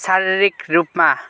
शारीरिक रूपमा